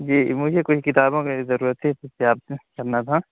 جی مجھے کچھ کتابوں کی ضرورت تھی اس سلسلے میں آپ سے کرنا تھا